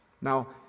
Now